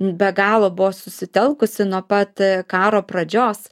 be galo buvo susitelkusi nuo pat karo pradžios